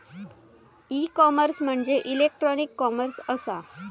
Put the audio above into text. E commerce म्हणजे electronic commerce असा